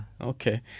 Okay